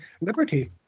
liberty